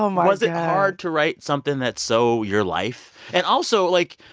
um was it hard to write something that's so your life? and also, like,